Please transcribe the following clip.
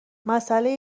مسئله